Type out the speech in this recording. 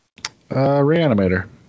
Reanimator